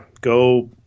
go